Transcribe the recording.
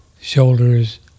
shoulders